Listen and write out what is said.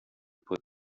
put